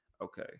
okay